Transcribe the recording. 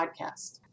podcast